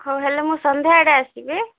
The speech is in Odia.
ହଉ ହେଲେ ମୁଁ ସନ୍ଧ୍ୟା ଆଡ଼େ ଆସିବି